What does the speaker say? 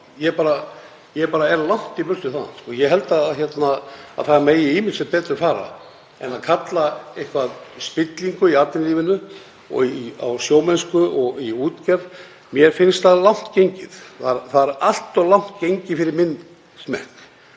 er bara langt í burtu frá því.. Ég held að það megi ýmislegt betur fara en að kalla eitthvað spillingu í atvinnulífinu og í sjómennsku og útgerð finnst mér langt gengið. Það er allt of langt gengið fyrir minn smekk.